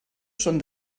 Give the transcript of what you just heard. són